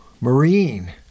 marine